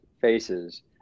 faces